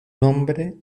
nombre